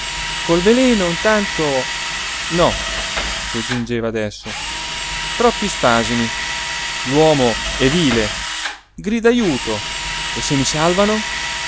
col veleno intanto no soggiungeva adesso troppi spasimi l'uomo è vile grida ajuto e se mi salvano